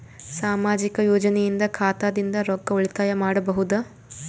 ಸಾಮಾಜಿಕ ಯೋಜನೆಯಿಂದ ಖಾತಾದಿಂದ ರೊಕ್ಕ ಉಳಿತಾಯ ಮಾಡಬಹುದ?